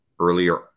earlier